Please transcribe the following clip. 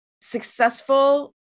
successful